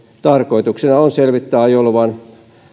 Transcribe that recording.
tarkoituksena on selvittää ajoluvan